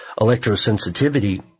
electrosensitivity